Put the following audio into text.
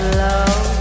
love